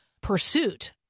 pursuit